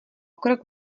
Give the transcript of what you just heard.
krok